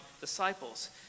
disciples